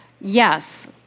yes